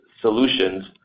solutions